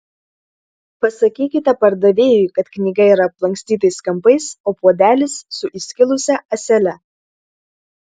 pasakykite pardavėjui kad knyga yra aplankstytais kampais o puodelis su įskilusia ąsele